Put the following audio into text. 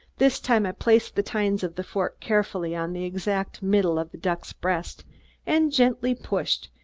this time i placed the tines of the fork carefully on the exact middle of the duck's breast and gently pushed,